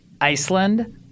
Iceland